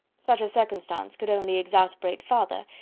such a circumstance could only exasperate farther,